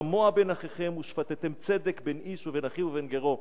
שמוע בין אחיכם ושפטתם צדק בין איש ובין אחיו ובין גרו.